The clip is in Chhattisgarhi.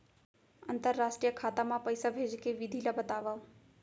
अंतरराष्ट्रीय खाता मा पइसा भेजे के विधि ला बतावव?